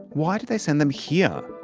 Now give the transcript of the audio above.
why did they send them here?